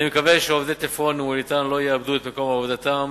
אני מקווה שעובדי "תפרון" ו"מוליתן" לא יאבדו את מקום עבודתם,